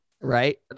Right